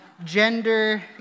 gender